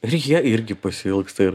ir jie irgi pasiilgsta ir